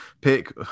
pick